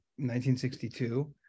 1962